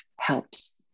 helps